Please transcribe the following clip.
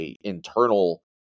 internal